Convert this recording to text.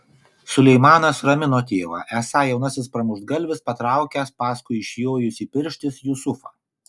suleimanas ramino tėvą esą jaunasis pramuštgalvis patraukęs paskui išjojusį pirštis jusufą